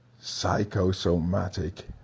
psychosomatic